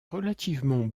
relativement